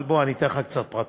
אבל אני אתן לך קצת פרטים.